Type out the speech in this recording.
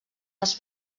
dels